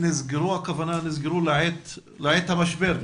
נסגרו, הכוונה שנסגרו בעת המשבר.